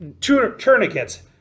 Tourniquets